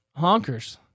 honkers